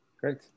Great